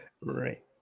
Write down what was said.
Right